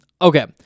Okay